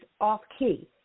off-key